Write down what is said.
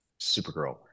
Supergirl